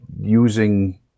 using